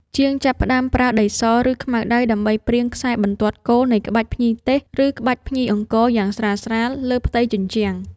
ជាងចាប់ផ្ដើមប្រើដីស ឬខ្មៅដៃដើម្បីព្រាងខ្សែបន្ទាត់គោលនៃក្បាច់ភ្ញីទេស ឬក្បាច់ភ្ញីអង្គរយ៉ាងស្រាលៗលើផ្ទៃជញ្ជាំង។